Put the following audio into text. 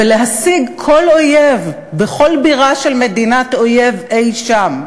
ולהשיג כל אויב בכל בירה של מדינת אויב אי-שם,